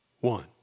one